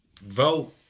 vote